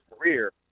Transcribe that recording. career